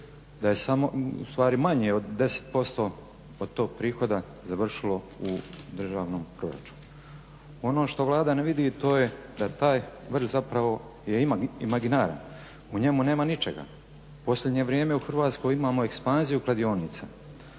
da je samo ustvari manje od 10% od tog prihoda završilo u državnom proračunu. Ono što Vlada ne vidi to je da taj vrč zapravo je imaginaran, u njemu nema ničega. U posljednje vrijeme u Hrvatskoj imamo ekspanziju kladionica,